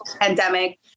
pandemic